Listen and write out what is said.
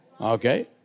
Okay